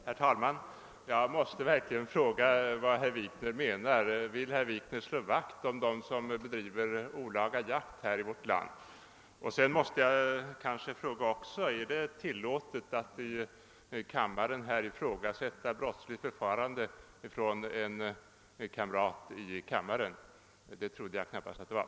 Herr talman! Jag måste verkligen fråga vad herr Wikner menar. Vill herr Wikner slå vakt om dem som bedriver olaga jakt här i vårt land? Jag måste också fråga: Är det tillåtet att här i kammaren ifrågasätta brottsligt förfarande av en annan ledamot? Det trodde jag knappast att det var.